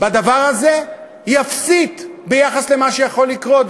בדבר הזה היא אפסית ביחס למה שיכול לקרות.